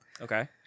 Okay